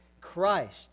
Christ